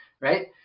Right